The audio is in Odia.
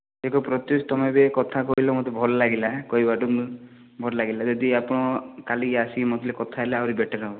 ଦେଖ ପ୍ରତ୍ୟୁଷ ତୁମେ ଏବେ କଥା କହିଲ ମୋତେ ଭଲ ଲାଗିଲା କହିବାଠୁ ଭଲ ଲାଗିଲା ଯଦି ଆପଣ କାଲି ଆସିକି ମୋ ସହ କଥା ହେଲେ ଆହୁରି ବେଟର୍ ହେବ